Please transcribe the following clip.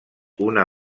una